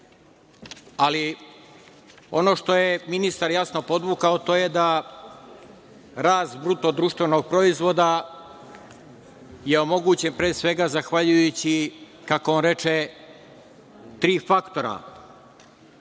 Ali, ono što je ministar jasno podvukao jeste da rast bruto društvenog proizvoda je omogućen, pre svega, zahvaljujući, kako on reče, tri faktora.